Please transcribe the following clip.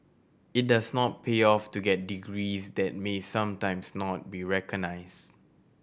it does not pay off to get degrees that may sometimes not be recognised